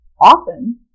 often